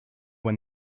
when